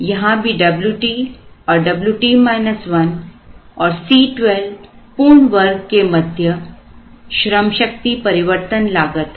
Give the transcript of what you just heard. यहां भी Wt और Wt 1 और C12 पूर्ण वर्ग के मध्य श्रमशक्ति परिवर्तन लागत है